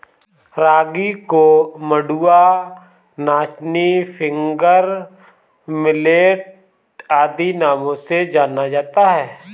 रागी को मंडुआ नाचनी फिंगर मिलेट आदि नामों से जाना जाता है